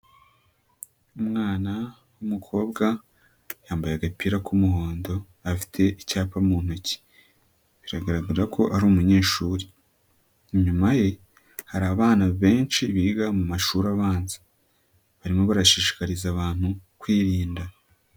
Umwana w'umukobwa yambaye agapira k'umuhondo, afite icyapa mu ntoki, biragaragara ko ari umunyeshuri, inyuma ye hari abana benshi biga mu mashuri abanza barimo barashishikariza abantu kwirinda.